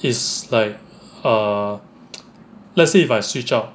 is like err let's say if I switch out